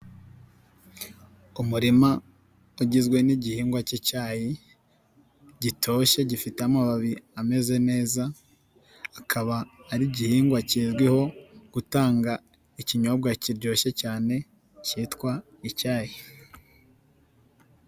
Umurima ugizwe n'igihingwa k'icyayi gitoshye gifite amababi ameze neza, akaba ari igihingwa kizwiho gutanga ikinyobwa kiryoshye cyane kitwa icyayi.